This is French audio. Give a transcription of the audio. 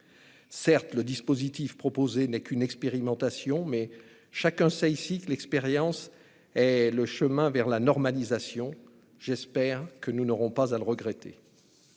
Certes, le dispositif proposé n'est qu'une expérimentation, mais chacun sait ici que l'expérience est le chemin vers la normalisation. J'espère que nous n'aurons pas à le regretter.